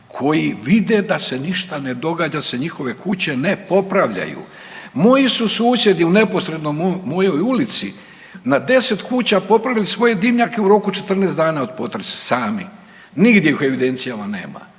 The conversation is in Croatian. koji vide da se ništa ne događa da se njihove kuće ne popravljaju. Moji su susjedi u neposrednoj mojoj ulici na 10 kuća popravili svoje dimnjake u roku 14 dana od potresa sami. Nigdje ih u evidencijama nema.